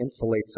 insulates